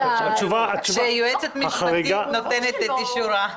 כשהיועצת המשפטית נותנת את אישורה.